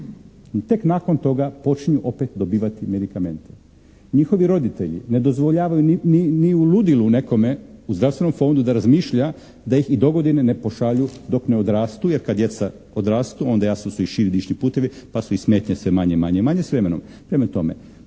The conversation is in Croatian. Tek nakon toga počinju opet dobivati medikamente. Njihovi roditelji ne dozvoljavaju ni u ludilu nekome u zdravstvenom fondu da razmišlja da ih i dogodine ne pošalju dok ne odrastu jer kad djeca odrastu onda jasno su i širi dišni putevi pa su i smetnje sve manje i manje i manje s vremenom. Prema tome,